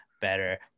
better